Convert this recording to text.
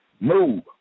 Move